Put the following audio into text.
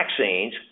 vaccines